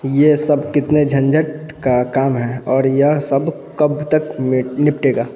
ये सब कितने झंझट का काम है और यह सब कब तक में निपटेगा